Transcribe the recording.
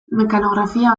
mekanografia